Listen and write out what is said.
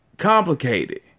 complicated